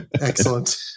excellent